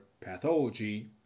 pathology